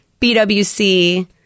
BWC